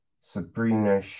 Sabrina